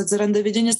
atsiranda vidinis